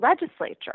legislature